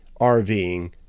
RVing